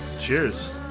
Cheers